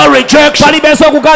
rejection